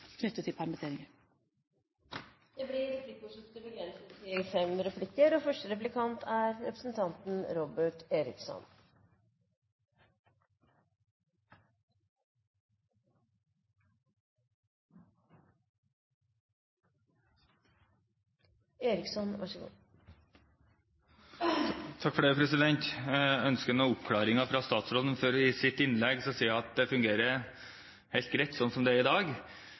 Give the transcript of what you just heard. knyttet til permitteringer. Det blir replikkordskifte. Jeg ønsker noen oppklaringer fra statsråden, for i sitt innlegg sier hun at det fungerer helt greit sånn som det er i dag.